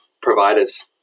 providers